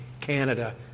Canada